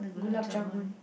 gulab-jamun